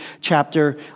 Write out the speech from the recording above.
chapter